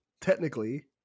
technically